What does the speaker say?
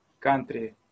country